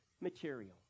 material